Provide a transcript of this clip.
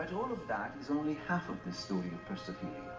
all of that is only half of the story of persophilia,